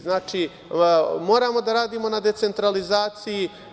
Znači, moramo da radimo na decentralizaciji.